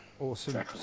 awesome